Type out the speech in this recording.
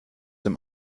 dem